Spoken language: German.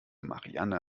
marianne